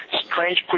strange